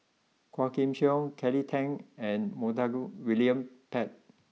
Quah Kim Song Kelly Tang and Montague William Pett